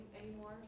anymore